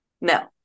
no